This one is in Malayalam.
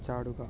ചാടുക